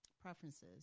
preferences